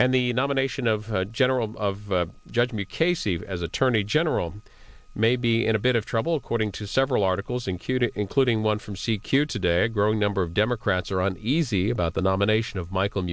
and the nomination of her general of judge me casey as attorney general maybe in a bit of trouble according to several articles in cuba including one from c q today a growing number of democrats are on easy about the nomination of michael